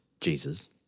Jesus